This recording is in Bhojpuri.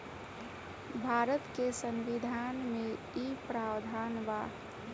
भारत के संविधान में इ प्रावधान बा